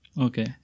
Okay